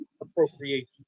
Appropriation